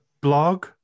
blog